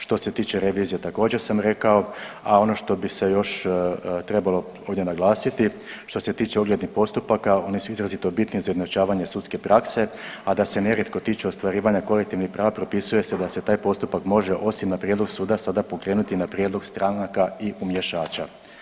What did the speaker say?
Što se tiče revizije također sam rekao, a ono što bi se još trebalo bolje naglasiti što se tiče oglednih postupaka oni su izrazito bitni za ujednačavanje sudske prakse, a da se nerijetko tiču ostvarivanja kolektivnih prava propisuje se da se taj postupak može osim na prijedlog suda sada pokrenuti i na prijedlog stranaka i umješača.